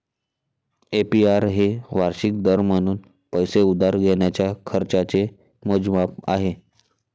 APR हे वार्षिक दर म्हणून पैसे उधार घेण्याच्या खर्चाचे मोजमाप आहे